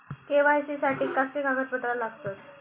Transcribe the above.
KYC साठी कसली कागदपत्र लागतत?